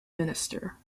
minister